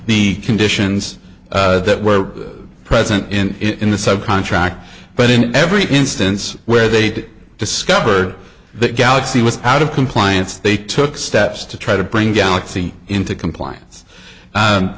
the conditions that were present in the sub contract but in every instance where they'd discovered that galaxy was out of compliance they took steps to try to bring galaxy into compliance